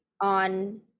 on